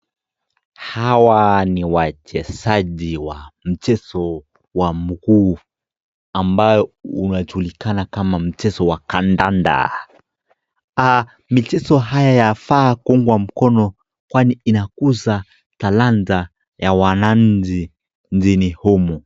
Hawa ni wachezaji wa mchezo wa mguu ambayo wanajulikana kama mchezo wa kandanda. Michezo haya yafaa kuungwa mkono kwani inakuza talanta ya wananchi nchini humu.